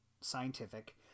scientific